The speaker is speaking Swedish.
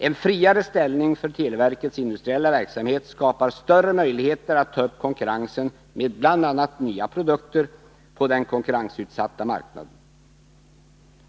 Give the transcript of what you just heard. En friare ställning för televerkets industriella verksamhet skapar större möjligheter att ta upp konkurrensen med bl.a. nya produkter på den konkurrensutsatta marknaden.